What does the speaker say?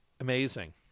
Amazing